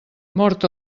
mort